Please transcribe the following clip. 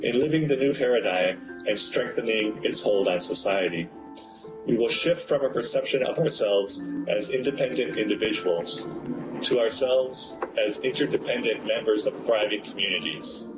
and living the new paradigm and strengthening its hold on society we will shift from a perception of ourselves as independent individuals to ourselves as interdependent members of thriving communities.